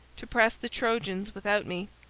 to press the trojans without me,